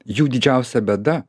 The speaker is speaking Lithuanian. jų didžiausia bėda